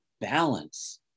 balance